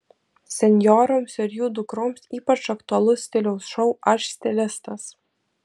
senjoroms ir jų dukroms ypač aktualus stiliaus šou aš stilistas